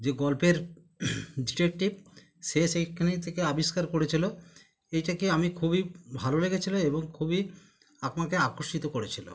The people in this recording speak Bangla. যে গল্পের ডিটেকটিভ সে সেইখানে থেকে আবিষ্কার করেছিলো এইটাকে আমার খুবই ভালো লেগেছিলো এবং খুবই আমাকে আকর্ষিত করেছিলো